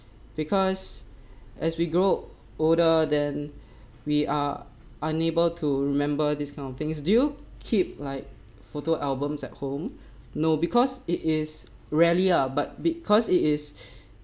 because as we grow older then we are unable to remember this kind of things do you keep like photo albums at home no because it is rarely ah but because it is